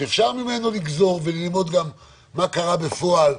שאפשר ממנו לגזור וללמוד גם מה קרה בפועל,